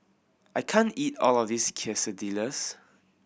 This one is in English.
I can't eat all of this Quesadillas